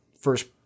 first